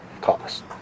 cost